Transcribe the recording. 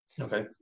Okay